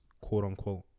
quote-unquote